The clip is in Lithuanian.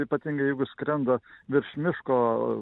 ypatingai jeigu skrenda virš miško